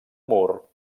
mur